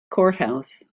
courthouse